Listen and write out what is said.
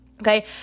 Okay